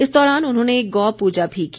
इस दौरान उन्होंने गौ पूजा भी की